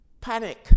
Panic